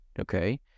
Okay